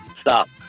Stop